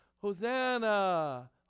Hosanna